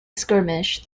skirmish